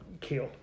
kill